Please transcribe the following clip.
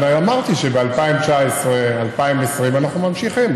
אבל אני אמרתי שב-2019 2020 אנחנו ממשיכים,